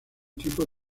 tipo